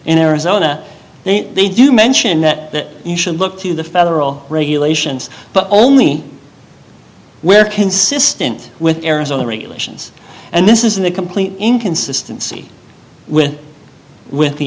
in arizona they do mention that you should look to the federal regulations but only we're consistent with arizona regulations and this isn't a complete inconsistency with with the